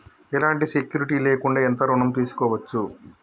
ఎలాంటి సెక్యూరిటీ లేకుండా ఎంత ఋణం తీసుకోవచ్చు?